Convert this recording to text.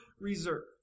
reserved